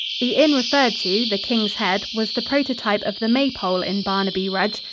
the inn referred to, the king's head, was the prototype of the maypole in barnaby rudge,